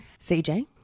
CJ